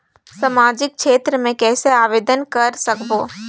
समाजिक क्षेत्र मे कइसे आवेदन कर सकबो?